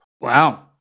Wow